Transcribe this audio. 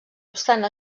obstant